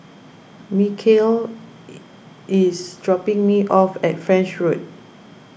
Michale is dropping me off at French Road